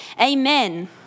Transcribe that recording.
amen